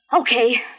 Okay